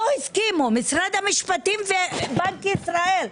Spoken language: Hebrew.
לא הסכימו, משרד המשפטים ובנק ישראל.